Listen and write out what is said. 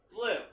Blue